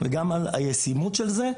וגם על הישימות של זה,